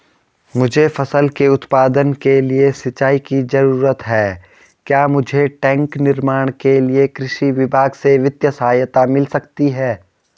मुझे फसल के उत्पादन के लिए सिंचाई की जरूरत है क्या मुझे टैंक निर्माण के लिए कृषि विभाग से वित्तीय सहायता मिल सकती है?